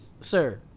sir